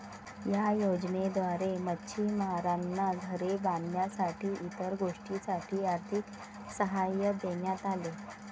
या योजनेद्वारे मच्छिमारांना घरे बांधण्यासाठी इतर गोष्टींसाठी आर्थिक सहाय्य देण्यात आले